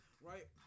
right